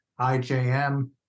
IJM